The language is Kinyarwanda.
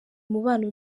umubano